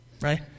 right